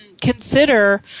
consider